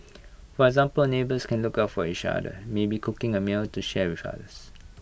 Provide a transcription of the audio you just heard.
for example neighbours can look out for each other maybe cooking A meal to share with others